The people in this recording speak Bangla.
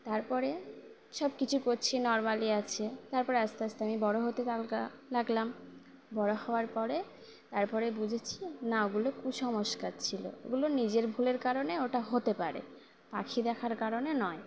তারপরে সব কিছু করছি নরমালি আছে তারপরে আস্তে আস্তে আমি বড়ো হতে তালা লাগলাম বড়ো হওয়ার পরে তারপরে বুঝেছি না ওগুলো কুসংস্কার ছিলো ওগুলো নিজের ভুলের কারণে ওটা হতে পারে পাখি দেখার কারণে নয়